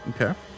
Okay